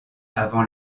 avant